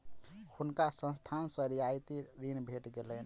हुनका संस्थान सॅ रियायती ऋण भेट गेलैन